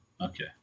Okay